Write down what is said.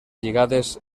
lligades